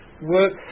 work